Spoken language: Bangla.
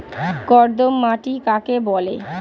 কর্দম মাটি কাকে বলে?